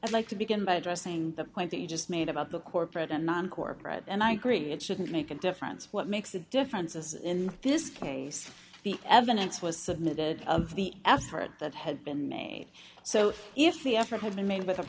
i'd like to begin by addressing the point that you just made about the corporate and non corporate and i agree it shouldn't make a difference what makes a difference as in this case the evidence was submitted of the effort that had been made so if the effort had been made with a